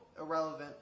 Irrelevant